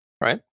Right